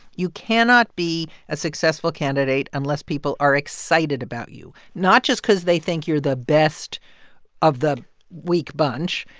you cannot be a successful candidate unless people are excited about you, not just cause they think you're the best of the weak bunch.